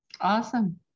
Awesome